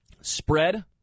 Spread